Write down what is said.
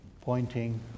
pointing